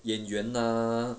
演员 ah